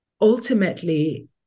ultimately